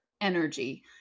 energy